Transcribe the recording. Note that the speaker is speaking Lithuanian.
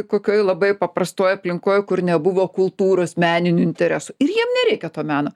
kokioj labai paprastoj aplinkoj kur nebuvo kultūros meninių interesų ir jiem nereikia to meno